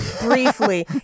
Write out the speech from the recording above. Briefly